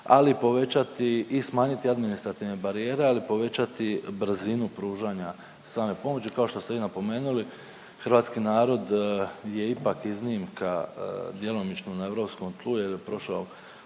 ali i povećati i smanjiti administrativne barijere, ali povećati brzinu pružanje same pomoći. Kao što ste vi napomenuli hrvatski narod je ipak iznimka djelomično na europskom tlu jer je prošao